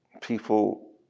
people